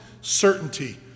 certainty